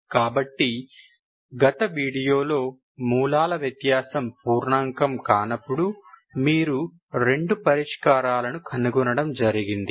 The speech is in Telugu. కాబట్టి గత వీడియోలో మూలాల వ్యత్యాసం పూర్ణాంకం కానప్పుడు మీరు రెండు పరిష్కారాలను కనుగొనడం జరిగింది